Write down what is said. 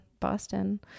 Boston